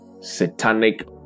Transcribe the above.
satanic